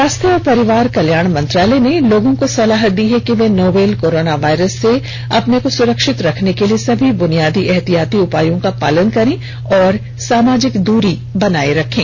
स्वास्थ्य और परिवार कल्याण मंत्रालय ने लोगों को सलाह दी है कि वे नोवल कोरोना वायरस से अपने को सुरक्षित रखने के लिए सभी बुनियादी एहतियाती उपायों का पालन करें और सामाजिक दूरी बनाए रखें